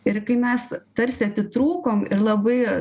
ir kai mes tarsi atitrūkom ir labai